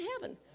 heaven